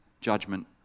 judgment